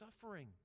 suffering